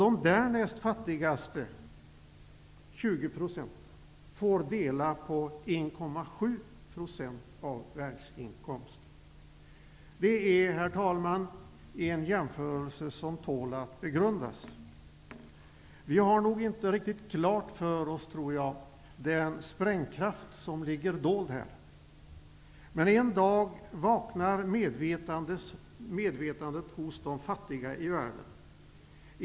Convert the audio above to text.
De därnäst fattigaste 20 % får dela på 1,7 % av världsinkomsten. Herr talman! Detta är en jämförelse som tål att begrundas. Vi har nog inte riktigt klart för oss den sprängkraft som här ligger dold. Men en dag vaknar medvetandet hos de fattiga i världen.